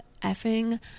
effing